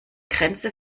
grenze